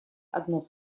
одно